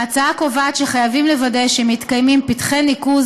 ההצעה קובעת שחייבים לוודא שמתקיימים פתחי ניקוז